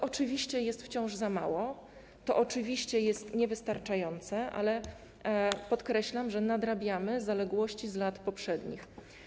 To oczywiście jest wciąż za mało, to oczywiście jest niewystarczające, ale podkreślam, że nadrabiamy zaległości z lat poprzednich.